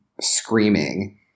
screaming